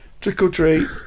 Trick-or-treat